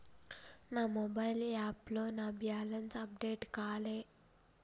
నా మొబైల్ యాప్లో నా బ్యాలెన్స్ అప్డేట్ కాలే